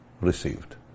received